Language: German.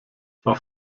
auf